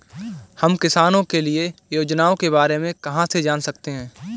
हम किसानों के लिए योजनाओं के बारे में कहाँ से जान सकते हैं?